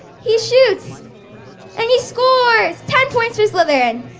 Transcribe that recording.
he shoots and he scores. ten points for slytherin.